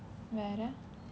வேற:vera